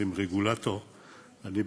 אומרים "רגולטור"; אני,